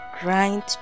grind